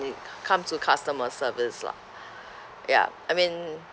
it comes to customer service lah ya I mean